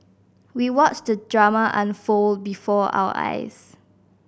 we watched the drama unfold before our eyes